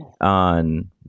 on